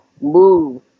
Move